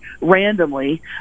randomly